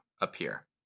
appear